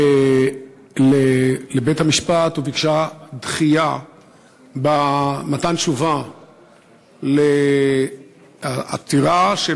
לבית-המשפט וביקשה דחייה במתן תשובה על עתירה של